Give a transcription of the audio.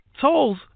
Tolls